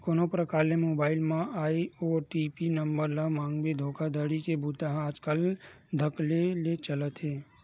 कोनो परकार ले मोबईल म आए ओ.टी.पी नंबर ल मांगके धोखाघड़ी के बूता ह आजकल धकल्ले ले चलत हे